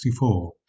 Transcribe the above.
1964